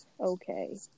okay